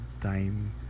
time